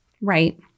Right